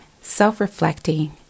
self-reflecting